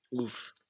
Oof